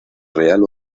real